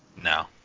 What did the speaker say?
No